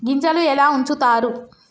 గింజలు ఎలా ఉంచుతారు?